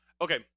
Okay